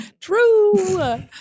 True